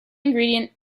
ingredient